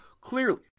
Clearly